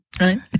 right